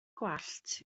gwallt